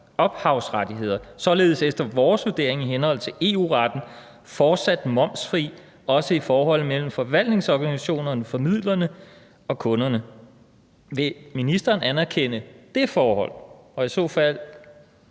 ophavsrettigheder er således efter vores vurdering i henhold til EU-retten fortsat momsfri også i forholdet mellem forvaltningsorganisationerne (formidlerne) og kunderne. Vil ministeren anerkende det forhold, og kan man